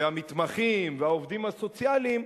המתמחים והעובדים הסוציאליים,